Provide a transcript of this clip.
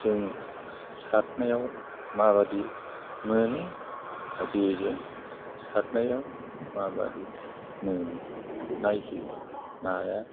जों साथनायाव माबादि मोनो जेजों सारनायाव माबायदि मोनो नायदो नाया